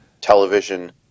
television